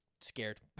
scared